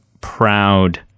proud